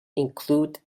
include